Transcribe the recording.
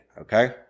Okay